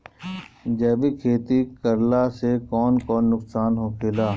जैविक खेती करला से कौन कौन नुकसान होखेला?